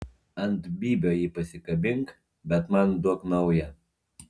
ant bybio jį pasikabink bet man duok naują